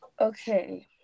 Okay